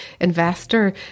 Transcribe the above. investor